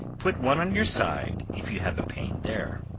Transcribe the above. put one on your side if you have a pain there.